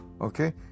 Okay